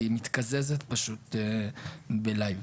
היא מתקזזת פשוט בלייב.